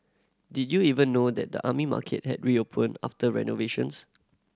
did you even know that the Army Market had reopened after renovations